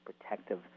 protective